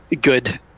good